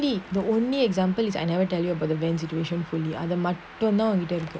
the only the only example is I never tell you about the van situation fully other must tell now and then